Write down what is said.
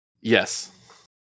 Yes